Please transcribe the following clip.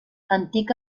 antic